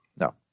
No